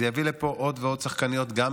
זה יביא לפה עוד ועוד שחקניות, גם